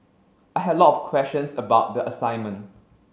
I had a lot of questions about the assignment